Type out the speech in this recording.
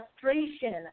frustration